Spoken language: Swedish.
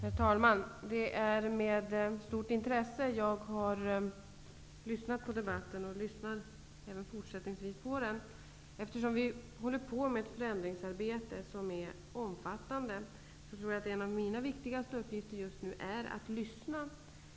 Herr talman! Det är med stort intresse jag har lyssnat till debatten, och jag kommer även fortsättningsvis att lyssna till den. Eftersom vi håller på med ett förändringsarbete som är omfattande tror jag att en av mina viktigaste uppgifter just nu är att lyssna.